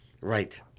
Right